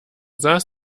saß